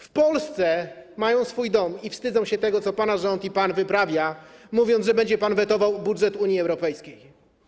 W Polsce mają swój dom i wstydzą się tego, co pana rząd i pan wyprawia, mówiąc, że będzie pan wetował budżet Unii Europejskiej.